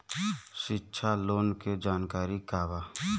शिक्षा लोन के जानकारी का बा?